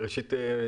ראשית,